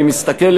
אני מסתכל,